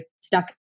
stuck